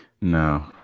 No